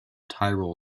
tyrol